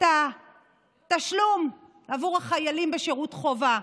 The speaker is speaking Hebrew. את התשלום לחיילים בשירות חובה.